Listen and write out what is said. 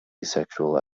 sexual